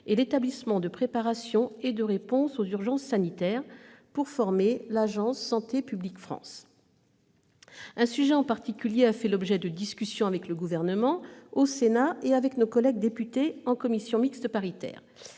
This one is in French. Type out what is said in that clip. et l'Établissement de préparation et de réponse aux urgences sanitaires, pour former l'agence Santé publique France. Un sujet en particulier a fait l'objet de discussions avec le Gouvernement, au Sénat, et avec nos collègues députés en commission mixte paritaire